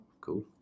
Cool